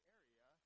area